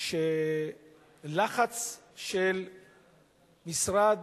שלחץ של משרד